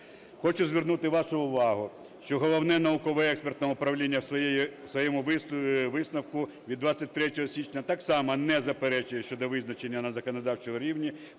Хочу звернути вашу увагу, що Головне науково-експертне управління в своєму висновку від 23 січня так само не заперечує щодо визначення на законодавчому рівні